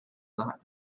not